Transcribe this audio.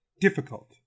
difficult